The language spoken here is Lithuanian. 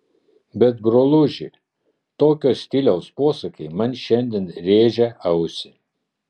bet broluži tokio stiliaus posakiai man šiandien rėžia ausį